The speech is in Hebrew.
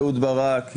אהוד ברק,